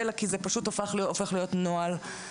אלא כי זה הופך להיות נוהל.